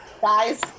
Guys